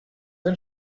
ein